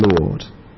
Lord